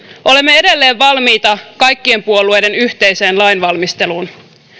olemme edelleen valmiita kaikkien puolueiden yhteiseen lainvalmisteluun